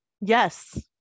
Yes